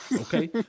Okay